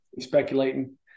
speculating